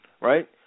right